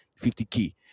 50K